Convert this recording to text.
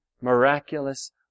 miraculous